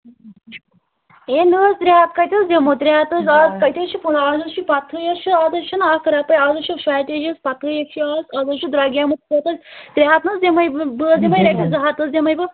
ہے نہ حظ ترٛےٚ ہَتھ کَتہِ حظ دِمو ترٛےٚ ہَتھ حظ آ کتہِ حظ چھِ اَز حظ چھُ پَتہے چھِ شاٹیج چھِنا از حظ چھِ شاٹیج ہٕے پَتہٕے چھَو اَز حظ چھُ درٛۅگیٛومُت سٲلِم ترٛےٚ ہَتھ نہَ حظ دِمٕے بہٕ بہٕ حظ دِمٕے رۄپیَس زٕ ہَتھ حظ دِمٕے بہٕ